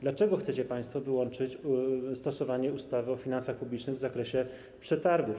Dlaczego chcecie państwo wyłączyć stosowanie ustawy o finansach publicznych w zakresie przetargów?